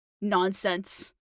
nonsense